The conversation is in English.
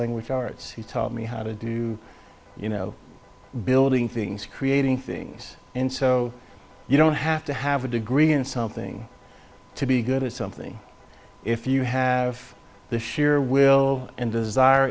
language arts he taught me how to do you know building things creating things and so you don't have to have a degree in something to be good at something if you have the sheer will and desire